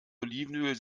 olivenöl